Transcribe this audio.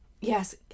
Yes